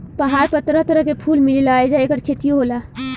पहाड़ पर तरह तरह के फूल मिलेला आ ऐजा ऐकर खेतियो होला